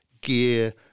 gear